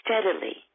Steadily